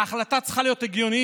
ההחלטה צריכה להיות הגיונית.